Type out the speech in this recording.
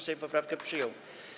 Sejm poprawkę przyjął.